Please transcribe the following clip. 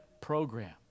program